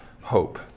hope